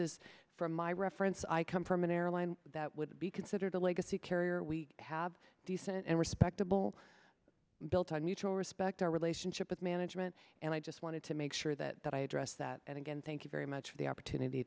is from my reference i come from an airline that would be considered a legacy carrier we have decent and respectable built on mutual respect our relationship with management and i just wanted to make sure that i addressed that and again thank you very much for the opportunity